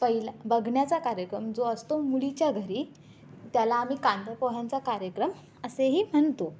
पहिला बघण्याचा कार्यक्रम जो असतो मुलीच्या घरी त्याला आम्ही कांदा पोह्यांचा कार्यक्रम असेही म्हणतो